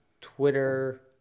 Twitter